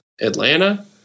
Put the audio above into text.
Atlanta